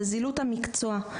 זה זילות המקצוע,